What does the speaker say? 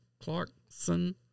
Clarkson